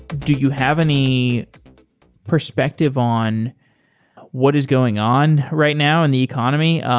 do you have any perspective on what is going on right now in the economy?